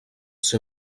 ser